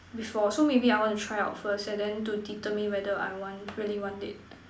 before so maybe I want to try out first and then to determine whether I want really want it